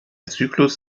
zyklus